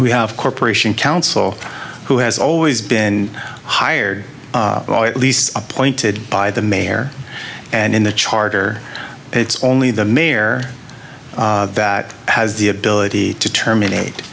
we have corporation counsel who has always been hired at least appointed by the mayor and in the charter it's only the mayor that has the ability to terminate